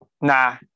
Nah